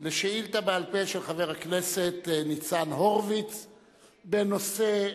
שאילתא בעל-פה של חבר הכנסת ניצן הורוביץ בנושא: